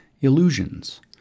illusions